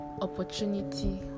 opportunity